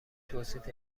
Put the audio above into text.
توصیف